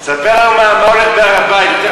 תספר לנו מה הולך בהר-הבית.